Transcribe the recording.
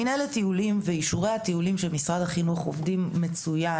מנהלת טיולים ואישורי הטיולים של משרד החינוך עובדים מצוין